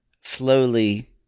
slowly